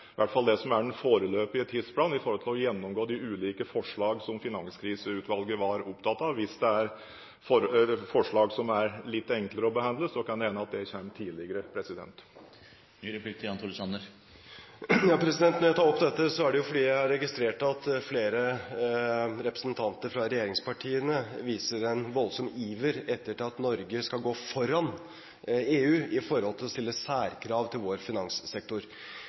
hvert fall den foreløpige tidsplanen med hensyn til å gjennomgå de ulike forslagene som Finanskriseutvalget var opptatt av. Hvis det er forslag som er litt enklere å behandle, kan det hende at det kommer tidligere. Når jeg tar opp dette, er det fordi jeg registrerte at flere representanter fra regjeringspartiene viser en voldsom iver etter at Norge skal gå foran EU når det gjelder å stille særkrav til vår finanssektor.